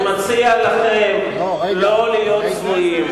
אני מציע לכם לא להיות צבועים,